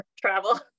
travel